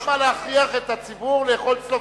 למה להכריח את הציבור לאכול צלופחים,